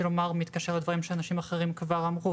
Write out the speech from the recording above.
לומר מתקשר לדברים שאנשים אחרים כבר אמרו,